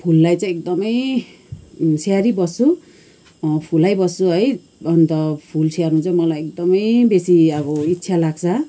फुललाई चाहिँ एकदमै स्याहारी बस्छु फुलाइ बस्छु है अन्त फुल स्याहार्नु चाहिँ मलाई एकदमै बेसी अब इच्छा लाग्छ